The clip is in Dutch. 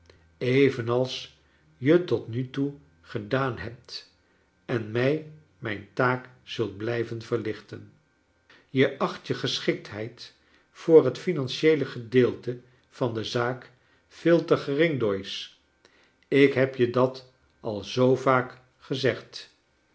evenals je tot nu toe gedaan hebt en mij mijn taak zult blijven verlichten je acht je geschiktheid voor het finantieele gedeelte van de zaak veel te gering doyce ik heb je dat al zoo vaak gezegd